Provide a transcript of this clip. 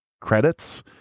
credits